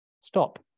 Stop